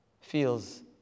feels